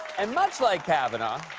and much like kavanaugh.